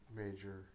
major